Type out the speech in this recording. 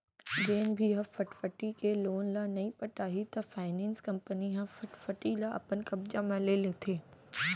जेन भी ह फटफटी के लोन ल नइ पटाही त फायनेंस कंपनी ह फटफटी ल अपन कब्जा म ले लेथे